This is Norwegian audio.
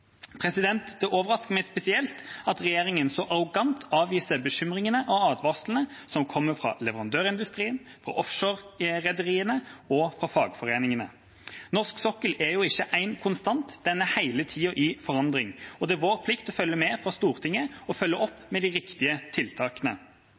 Det overrasker meg spesielt at regjeringa så arrogant avviser bekymringene og advarslene som kommer fra leverandørindustrien, offshore-rederiene og fagforeningene. Norsk sokkel er ikke en konstant, den er hele tida i forandring, og det er vår plikt – fra Stortinget – å følge med og følge opp